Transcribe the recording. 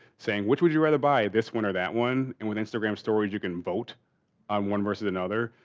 saying, which would you rather buy this one or that one? and with instagram stories you can vote on one versus another,